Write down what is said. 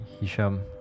Hisham